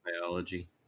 biology